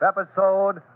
episode